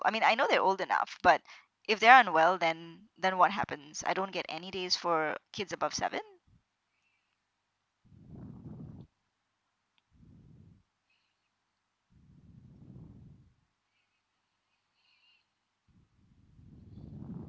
I mean I know they're old enough but if they are unwell then then what happens I don't get any days for kids above seven